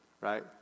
right